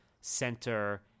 center